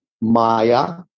Maya